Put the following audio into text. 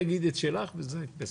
תגידי את שלך וזה בסדר.